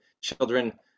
children